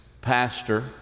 Pastor